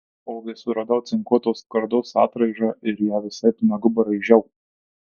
ogi suradau cinkuotos skardos atraižą ir ją visaip nagu braižiau